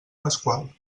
pasqual